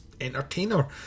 entertainer